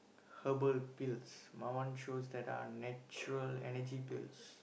herbal pills my one shows that are natural Energy Pills